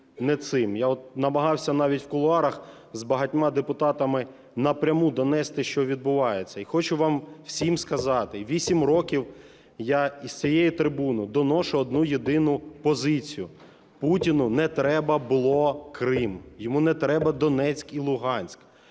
Я намагався навіть в кулуарах з багатьма депутатами напряму донести, що відбувається. І хочу вам всім сказати, і 8 років я із цієї трибуни доношу одну єдину позицію: Путіну не треба був Крим, йому не треба Донецьк і Луганськ,